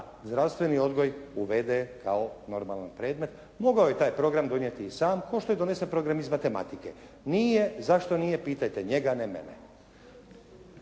zdravstveni odgoj uvede kao normalni predmet. Mogao je taj program donijeti i sam kao što je donesen program iz matematike. Nije. Zašto nije? Pitajte njega a ne mene.